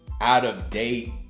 out-of-date